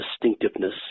distinctiveness